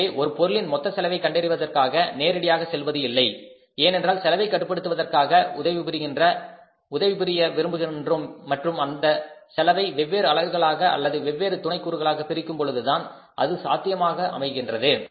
எனவே ஒரு பொருளின் மொத்த செலவை கண்டறிவதற்காக நேரடியாக செல்வது இல்லை ஏனென்றால் செலவை கட்டுப்படுத்துவதற்காக உதவிபுரிய விரும்புகின்றோம் மற்றும் அந்த செலவை வெவ்வேறு அலகுகளாக அல்லது வெவ்வேறு துணை அலகுகளாக பிரிக்கும் பொழுதுதான் அது சாத்தியமாக அமைகின்றது